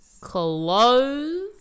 close